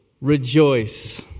Rejoice